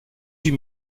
huit